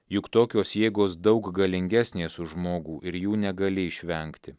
juk tokios jėgos daug galingesnės už žmogų ir jų negali išvengti